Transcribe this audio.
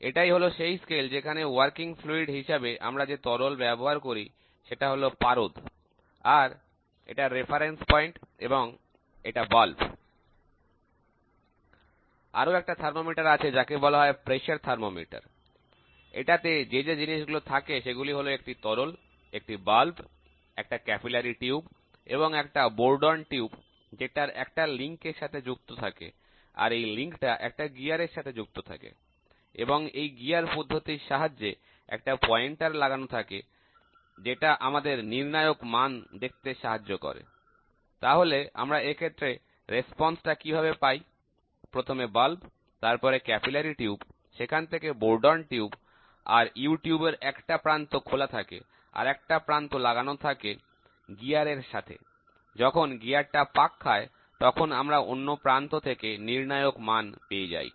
এটাই হলো সেই স্কেল যেখানে কার্যরত তরল হিসাবে আমরা যে তরল ব্যবহার করি সেটা হলো পারদ আর এটা প্রসঙ্গ বিন্দু এবং এটা স্ফীত অংশ আরও একটা থার্মোমিটার আছে যাকে বলা হয় প্রেসার থার্মোমিটার এটাতে যে যে জিনিস গুলো থাকে সেগুলো হলো একটি তরল একটি বাল্ব থাকে একটা ক্যাপিলারি টিউব এবং একটা Bourdon নল যেটা একটা লিঙ্ক এর সাথে যুক্ত থাকে আর এই লিংকটা একটা গিয়ার এর সাথে যুক্ত থাকে এবং এই গিয়ার পদ্ধতির সাহায্যে একটা পয়েন্টার লাগানো থাকে যেটা আমাদের নির্ণায়ক মান দেখতে সাহায্য করে তাহলে আমরা এক্ষেত্রে রেসপন্স টা কিভাবে পাই প্রথমে স্ফীত অংশ কারণ ক্যালকুলেশন স্ফীত অংশ তারপর ক্যাপিলারি টিউব সেখান থেকে bourdon নল আর U আকৃতির নল এর একটা প্রান্ত খোলা থাকে আর একটা প্রান্ত লাগানো থাকে গিয়ারের সঙ্গে এবং গিয়ার এর ঘূর্ণনের ফলে অন্য প্রান্ত থেকে নির্ণায়ক মান পেয়ে যাই